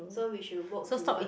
so we should work towards